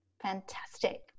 Fantastic